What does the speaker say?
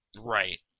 Right